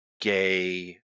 gay